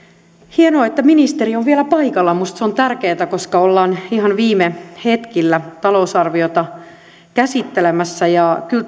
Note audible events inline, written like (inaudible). hienoa että ministeri on vielä paikalla minusta se on tärkeätä koska ollaan ihan viime hetkillä talousarviota käsittelemässä ja kyllä (unintelligible)